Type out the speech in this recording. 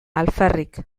alferrik